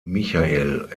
michael